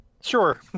Sure